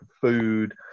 food